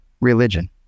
religion